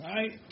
Right